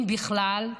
אם בכלל.